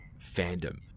fandom